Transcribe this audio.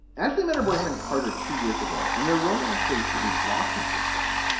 actually met her boyfriend carter two years ago and their romance has really blossomed since then.